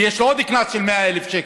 כי יש לו עוד קנס של 100,000 שקל,